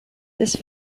this